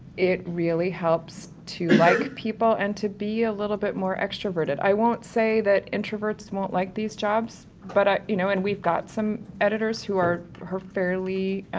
it really helps to like people and to be a little bit more extroverted. i won't say that introverts won't like these jobs, but i-you ah you know and we've got some editors who are he-fairly,